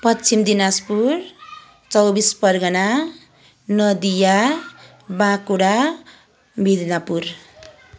Paschim Dinajpur Chaubis Pargana Nadia Bankura Medinipur